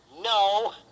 no